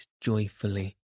joyfully